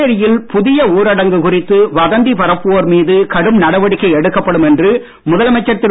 புதுச்சேரியில் புதிய ஊரடங்கு குறித்து வதந்தி பரப்புவோர் மீது நடவடிக்கை எடுக்கப்படும் என்று கடும் முதலமைச்சர் திரு